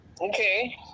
Okay